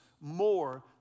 more